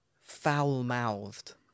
Foul-mouthed